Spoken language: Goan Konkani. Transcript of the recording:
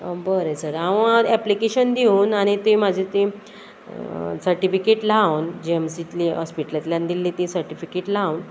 बरें सर हांव एप्लिकेशन दिवन आनी ती म्हाजी ती सर्टिफिकेट लावन जीएमसींतली हॉस्पिटलांतल्यान दिल्ली ती सर्टिफिकेट लावन